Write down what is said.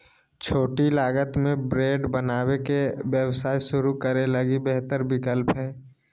छोटी लागत में ब्रेड बनावे के व्यवसाय शुरू करे लगी बेहतर विकल्प हइ